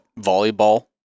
volleyball